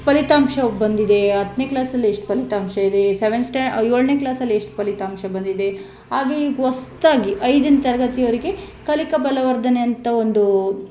ಫಲಿತಾಂಶ ಬಂದಿದೆ ಹತ್ತನೇ ಕ್ಲಾಸಲ್ಲಿ ಎಷ್ಟು ಫಲಿತಾಂಶ ಇದೆ ಸೆವೆಂತ್ ಸ್ಟಾಂಡ್ ಏಳನೇ ಕ್ಲಾಸಲ್ಲಿ ಎಷ್ಟು ಫಲಿತಾಂಶ ಬಂದಿದೆ ಹಾಗೆ ಈಗ ಹೊಸ್ತಾಗಿ ಐದನೇ ತರಗತಿಯವರಿಗೆ ಕಲಿಕಾ ಬಲವರ್ಧನೆ ಅಂತ ಒಂದು